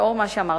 לאור מה שאמרתי,